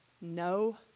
no